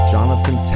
Jonathan